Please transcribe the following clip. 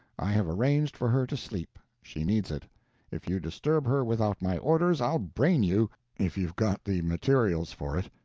i have arranged for her to sleep she needs it if you disturb her without my orders, i'll brain you if you've got the materials for it.